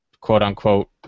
quote-unquote